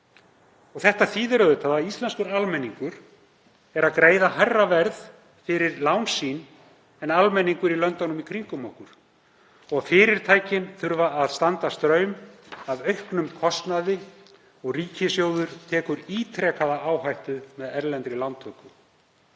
Það þýðir auðvitað að íslenskur almenningur greiðir hærra verð fyrir lán sín en almenningur í löndunum í kringum okkur. Fyrirtækin þurfa að standa straum af auknum kostnaði og ríkissjóður tekur ítrekaða áhættu með erlendri lántöku.